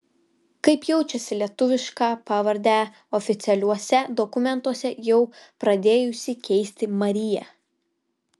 kaip jaučiasi lietuvišką pavardę oficialiuose dokumentuose jau pradėjusi keisti marija